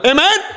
Amen